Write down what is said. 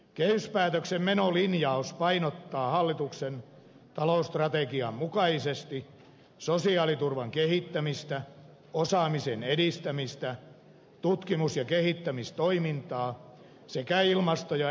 kehyspäätöksen menolinjaus painottaa hallituksen talousstrategian mukaisesti sosiaaliturvan kehittämistä osaamisen edistämistä tutkimus ja kehittämistoimintaa sekä ilmasto ja energiapolitiikkaa